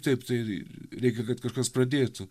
taip tai reikia kad kažkas pradėtų